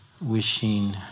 wishing